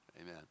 Amen